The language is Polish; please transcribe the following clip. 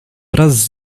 wraz